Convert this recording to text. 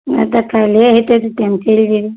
नहि तऽ काल्हिए हेतै तऽ टाइम चलि जएबै